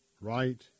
right